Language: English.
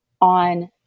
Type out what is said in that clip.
on